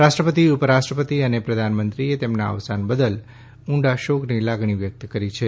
રાષ્ટ્રપતિ ઉપરાષ્ટ્રપતિ અને પ્રધાનમંત્રીએ તેમના અવસાન બદલ ઊંડા શોકની લાગણી વ્યક્ત કરી છે